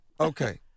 Okay